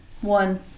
one